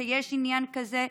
כשיש עניין כזה,